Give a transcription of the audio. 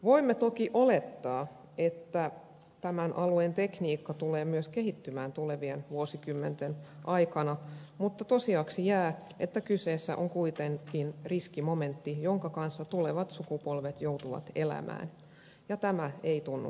voimme toki olettaa että tämän alueen tekniikka tulee myös kehittymään tulevien vuosikymmenten aikana mutta tosiasiaksi jää että kyseessä on kuitenkin riskimomentti jonka kanssa tulevat sukupolvet joutuvat elämään ja tämä ei tunnu hyvältä